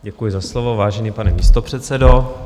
Děkuji za slovo, vážený pane místopředsedo.